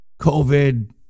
COVID